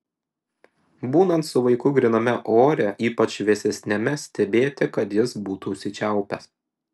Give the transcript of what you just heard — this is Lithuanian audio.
būnant su vaiku gryname ore ypač vėsesniame stebėti kad jis būtų užsičiaupęs